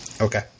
Okay